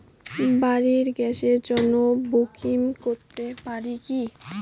বাড়ির গ্যাসের জন্য বুকিং করতে পারি কি?